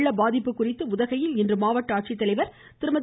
வெள்ள பாதிப்பு குறித்து உதகையில் இன்று மாவட்ட ஆட்சித்தலைவர் திருமதி